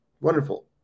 wonderful